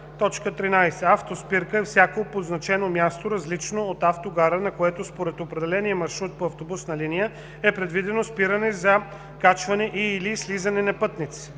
така: „13. „Автоспирка“ е всяко обозначено място, различно от автогара, на което според определения маршрут по автобусна линия е предвидено спиране за качване и/или слизане на пътници.“